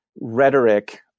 rhetoric